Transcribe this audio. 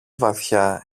βαθιά